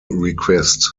request